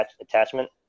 attachment